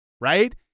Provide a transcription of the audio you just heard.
right